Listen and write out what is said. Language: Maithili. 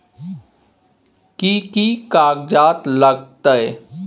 कि कि कागजात लागतै?